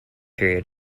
period